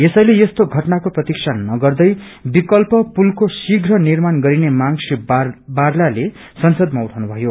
यसैले यस्तो घटनाको प्रतीक्षा नगर्दै विकल्प पुलको शीप्र निर्माण गरिने मांग श्री बारलाले संसदमा उइाउनुभयो